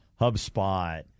HubSpot